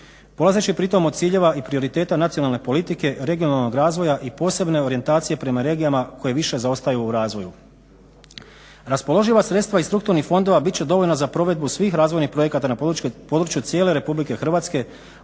polazeći pritom od ciljeva i prioriteta nacionalne politike, regionalnog razvoja i posebne orijentacije prema regijama koje više zaostaju u razvoju. Raspoloživa sredstva iz strukturnih fondova bit će dovoljna za provedbu svih razvojnih projekata na području cijele RH,